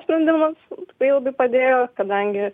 sprendimas tai labai padėjo kadangi